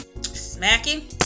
Smacking